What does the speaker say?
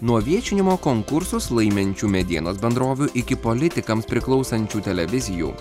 nuo viešinimo konkursus laiminčių medienos bendrovių iki politikams priklausančių televizijų